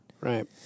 Right